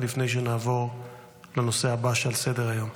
לפני שנעבור לנושא הבא שעל סדר-היום.